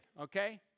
okay